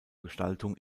gestaltung